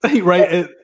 right